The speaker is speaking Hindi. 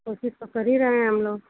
कोशिश तो कर ही रहे हैं हमलोग